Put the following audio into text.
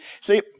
see